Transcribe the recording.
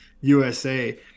USA